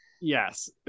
Yes